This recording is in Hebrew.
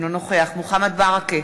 אינו נוכח מוחמד ברכה,